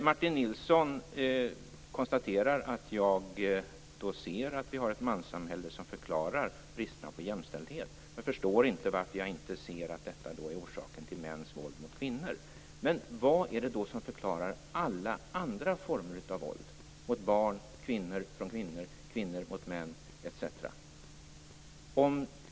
Martin Nilsson konstaterar att jag ser att vi har ett manssamhälle som förklarar bristerna på jämställdhet men förstår inte varför jag inte ser att detta är orsaken till mäns våld mot kvinnor. Men vad är det då som förklarar alla andra former av våld: våld mot barn, kvinnor mot kvinnor, kvinnor mot män etc.?